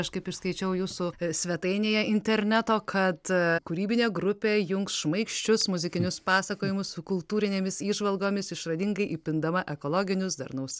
aš kaip ir skaičiau jūsų svetainėje interneto kad kūrybinė grupė jungs šmaikščius muzikinius pasakojimus su kultūrinėmis įžvalgomis išradingai įpindama ekologinius darnaus